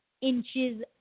inches